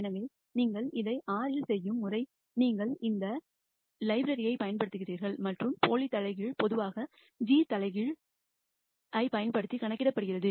எனவே நீங்கள் இதை R இல் செய்யும் முறை நீங்கள் இந்த லைப்ரரிஐ பயன்படுத்துகிறீர்கள் மற்றும் சூடோ இன்வெர்ஸ் பொதுவாக g இன்வெர்ஸ் a ஐப் பயன்படுத்தி கணக்கிடப்படுகிறது